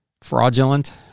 fraudulent